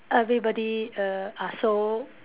everybody err are so